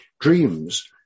Dreams